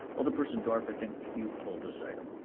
alderperson dorff, i think you pulled this item.